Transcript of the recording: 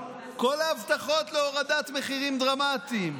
כל ההבטחות להורדת מחירים דרמטית,